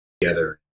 together